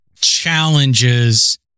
challenges